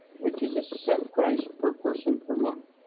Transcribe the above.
which is a set price per person per month.